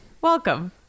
welcome